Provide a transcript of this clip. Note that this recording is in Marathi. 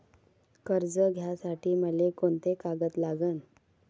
कर्ज घ्यासाठी मले कोंते कागद लागन?